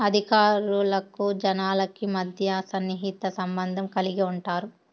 అధికారులకు జనాలకి మధ్య సన్నిహిత సంబంధం కలిగి ఉంటారు